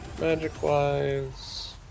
magic-wise